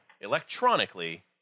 electronically